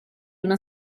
una